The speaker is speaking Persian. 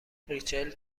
ریچل